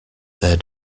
their